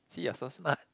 see you're so smart